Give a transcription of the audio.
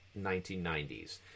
1990s